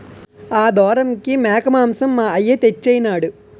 ఆదోరంకి మేకమాంసం మా అయ్య తెచ్చెయినాడు